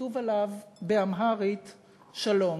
וכתוב עליו באמהרית "שלום".